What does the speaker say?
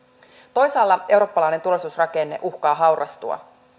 toisaalla eurooppalainen turvallisuusrakenne uhkaa haurastua